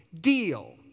deal